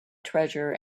treasure